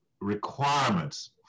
requirements